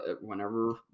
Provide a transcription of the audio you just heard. whenever